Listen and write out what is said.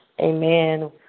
Amen